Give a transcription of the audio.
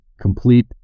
complete